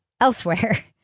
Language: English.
elsewhere